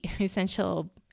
Essential